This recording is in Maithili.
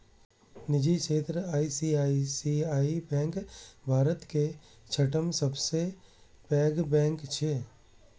निजी क्षेत्रक आई.सी.आई.सी.आई बैंक भारतक छठम सबसं पैघ बैंक छियै